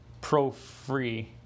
pro-free